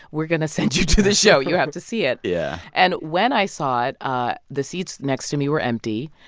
we're going to send you to the show. you have to see it yeah and when i saw it, ah the seats next to me were empty.